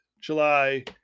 July